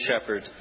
shepherd